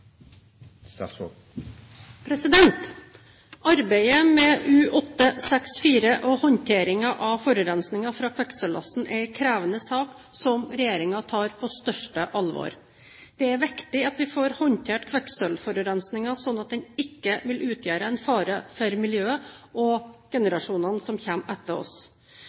til. Arbeidet med U-864 og håndteringen av forurensningen fra kvikksølvlasten er en krevende sak som regjeringen tar på største alvor. Det er viktig at vi får håndtert kvikksølvforurensningen slik at den ikke vil utgjøre en fare for miljøet og generasjonene som kommer etter oss.